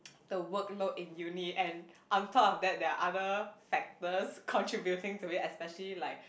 the workload in uni and I am thought of that there are other factors contributing to it especially like